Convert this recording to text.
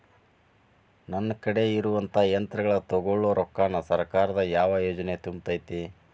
ನನ್ ಕಡೆ ಇರುವಂಥಾ ಯಂತ್ರಗಳ ತೊಗೊಳು ರೊಕ್ಕಾನ್ ಸರ್ಕಾರದ ಯಾವ ಯೋಜನೆ ತುಂಬತೈತಿ?